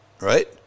right